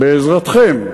בעזרתכם,